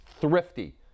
thrifty